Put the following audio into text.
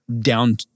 down